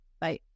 Bye